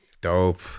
Dope